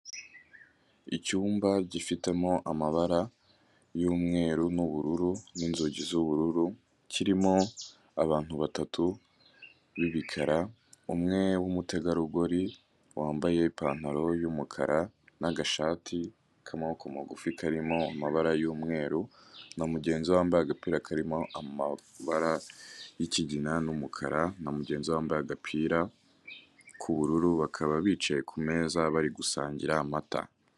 Icyumba gifitemo amabara y'umweru n'ubururu n'inzugi z'ubururu, kirimo abantu batatu b'ibikara, umwe w'umutegarugori wambaye ipantaro y'umukara, n'agashati k'amaboko magufi karimo amabara y'umweru, na mugenzi we wambaye agapira karimo amabara y'ikigina n'umukara, na mugenzi wambaye agapira k'ubururu, bakaba bicaye ku meza bari gusangira amata.